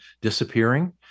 disappearing